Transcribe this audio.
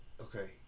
Okay